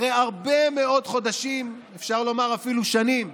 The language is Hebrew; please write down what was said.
אחרי הרבה מאוד חודשים, אפשר לומר אפילו שנים,